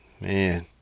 man